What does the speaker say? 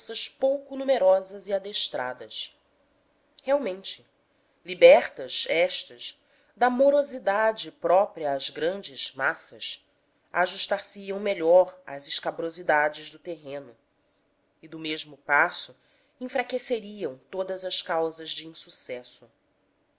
forças pouco numerosas e adestradas realmente libertas estas da morosidade própria às grandes massas ajustar se iam melhor às escabrosidades do terreno e do mesmo passo enfraqueceriam todas as causas de insucesso